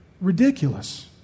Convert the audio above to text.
ridiculous